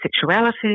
sexuality